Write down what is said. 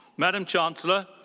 madame chancellor,